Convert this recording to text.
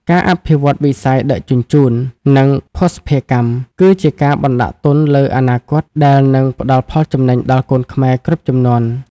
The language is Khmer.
ការអភិវឌ្ឍវិស័យដឹកជញ្ជូន និងភស្តុភារកម្ម គឺជាការបណ្ដាក់ទុនលើអនាគត ដែលនឹងផ្ដល់ផលចំណេញដល់កូនខ្មែរគ្រប់ជំនាន់។